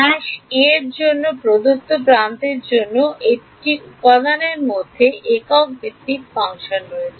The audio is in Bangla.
a এর জন্য প্রদত্ত প্রান্তের জন্য একটি উপাদানের মধ্যে একক ভিত্তিক ফাংশন রয়েছে